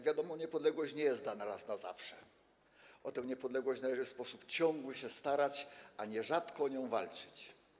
wiadomo, niepodległość nie jest dana raz na zawsze, o tę niepodległość należy w sposób ciągły się starać, a nierzadko o nią walczyć.